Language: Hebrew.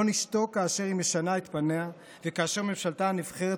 לא נשתוק כאשר היא משנה את פניה וכאשר ממשלתה הנבחרת